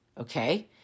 Okay